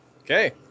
Okay